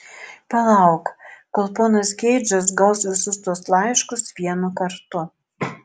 palauk kol ponas keidžas gaus visus tuos laiškus vienu kartu